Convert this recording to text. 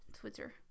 Twitter